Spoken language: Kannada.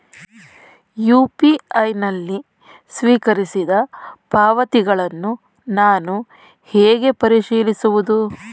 ಯು.ಪಿ.ಐ ನಲ್ಲಿ ಸ್ವೀಕರಿಸಿದ ಪಾವತಿಗಳನ್ನು ನಾನು ಹೇಗೆ ಪರಿಶೀಲಿಸುವುದು?